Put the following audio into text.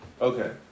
Okay